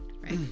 right